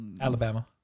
Alabama